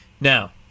Now